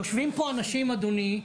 יושבים פה אנשים אדוני,